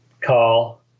call